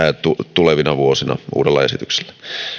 tulevina vuosina uudella esityksellä